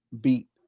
beat